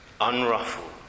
unruffled